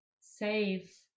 save